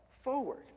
forward